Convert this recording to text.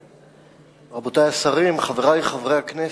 תודה, רבותי השרים, חברי חברי הכנסת,